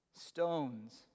stones